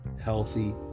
healthy